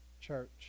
church